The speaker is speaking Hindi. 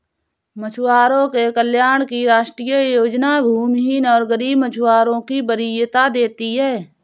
मछुआरों के कल्याण की राष्ट्रीय योजना भूमिहीन और गरीब मछुआरों को वरीयता देती है